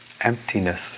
emptiness